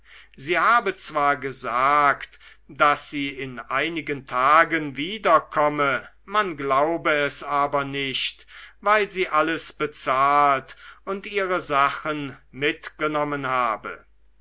sie habe zwar gesagt daß sie in einigen tagen wiederkomme man glaube es aber nicht weil sie alles bezahlt und ihre sachen mitgenommen habe